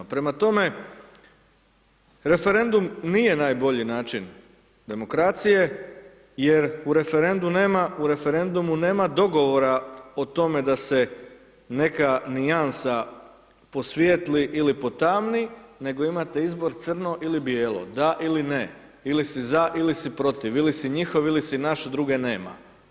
Prema tome, referendum nije najbolji način demokracije, jer u referendu, jer u referendumu nema dogovora o tome da se neka nijansa posvijetli ili potamni, nego imate izbor crno ili bijelo, da ili ne, ili si za ili si protiv, ili si njihov ili si naš, druge nema.